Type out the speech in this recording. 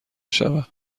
شود